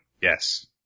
Yes